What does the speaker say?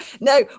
No